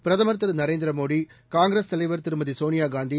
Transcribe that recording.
பிரதமா் திரு நரேந்திரமோடி காங்கிரஸ் தலைவர் திருமதி சோனியா காந்தி